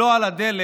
הבלו על הדלק,